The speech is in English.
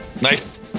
Nice